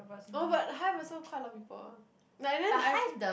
oh but Hive also quite a lot of people like and then I feel